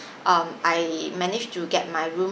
um I managed to get my room